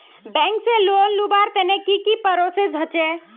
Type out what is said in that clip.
Bank से loan लुबार तने की की प्रोसेस होचे?